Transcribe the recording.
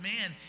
man